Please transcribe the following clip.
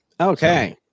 Okay